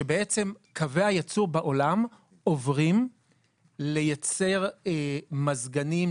שבעצם קווי היצור בעולם עוברים ליצר מזגנים,